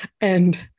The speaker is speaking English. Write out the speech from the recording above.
And-